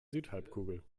südhalbkugel